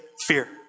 fear